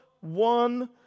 one